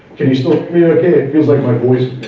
can you still communicate? it feels like my voice